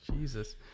jesus